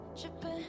tripping